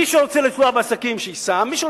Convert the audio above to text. מי שרוצה לנסוע בעסקים שייסע,